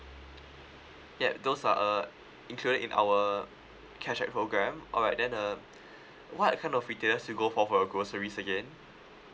ya those are uh included in our cashback program alright then uh what kind of retailers you go for for your groceries again